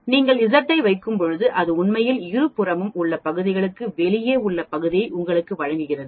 நீங்கள் z ஐ வைக்கும் போது அது உண்மையில் இருபுறமும் உள்ள பகுதிக்கு வெளியே உள்ள பகுதியை உங்களுக்கு வழங்குகிறது